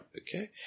Okay